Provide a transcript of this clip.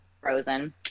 Frozen